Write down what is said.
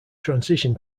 transition